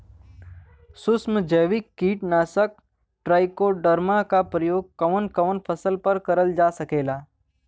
सुक्ष्म जैविक कीट नाशक ट्राइकोडर्मा क प्रयोग कवन कवन फसल पर करल जा सकेला?